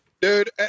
dude